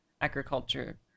agriculture